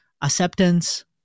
acceptance